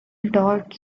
dot